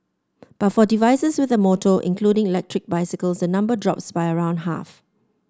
but for devices with a motor including electric bicycles the number drops by around half